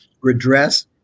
redress